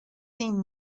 theme